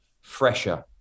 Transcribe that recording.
Fresher